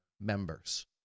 members